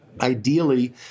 Ideally